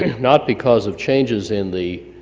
not because of changes in the